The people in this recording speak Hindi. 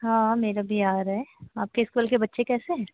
हाँ मेरा भी आ रही है आपके इस्कूल के बच्चे कैसे हैं